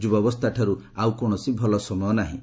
ଯୁବାବସ୍ଥାଠାରୁ ଆଉ କୌଣସି ଭଲ ସମୟ ନାହିଁ